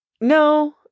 No